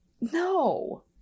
No